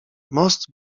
most